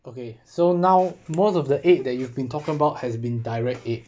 okay so now most of the aid that you've been talking about has been direct aid